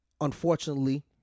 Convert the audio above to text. unfortunately